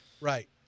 Right